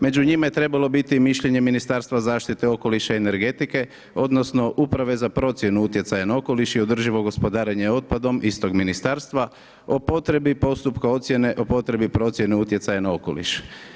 Među njima je trebalo biti i mišljenje Ministarstva zaštite okoliša i energetike odnosno uprave za procjenu utjecaja na okoliš i održivo gospodarenje otpadom istog ministarstva o potrebi postupka ocjene, o potrebi procjene utjecaja na okoliš.